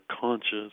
conscious